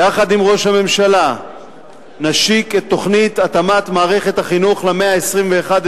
יחד עם ראש הממשלה נשיק את תוכנית התאמת מערכת החינוך למאה ה-21,